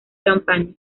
campaña